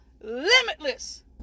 limitless